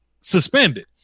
suspended